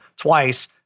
twice